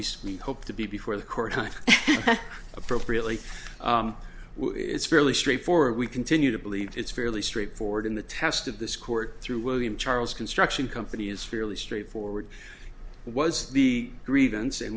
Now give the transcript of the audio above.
least we hope to be before the court time appropriately it's fairly straightforward we continue to believe it's fairly straightforward in the test of this court through william charles construction company is fairly straightforward was the grievance